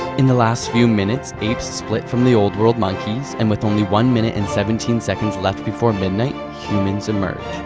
in the last few minutes, apes split from the old world monkeys. and with only one minute and seventeen seconds left before midnight, humans emerge.